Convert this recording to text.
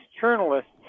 journalists